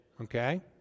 Okay